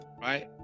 right